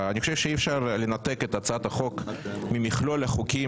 אני חושב שאי אפשר לנתק את הצעת החוק ממכלול החוקים